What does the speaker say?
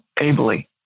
ably